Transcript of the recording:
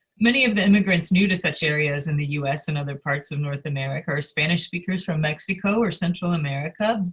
many of the immigrants new to such areas in the us and other parts of north america are spanish speakers from mexico or central america,